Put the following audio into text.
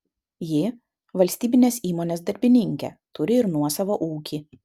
ji valstybinės įmonės darbininkė turi ir nuosavą ūkį